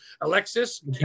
Alexis